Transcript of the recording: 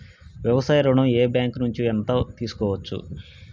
వ్యవసాయ ఋణం ఏ బ్యాంక్ నుంచి ఎంత తీసుకోవచ్చు?